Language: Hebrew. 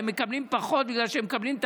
והם מקבלים פחות מכיוון שהם מקבלים את